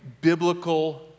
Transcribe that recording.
biblical